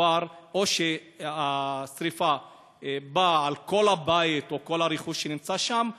או שהשרפה באה על כל הבית ועל כל הרכוש שנמצא שם,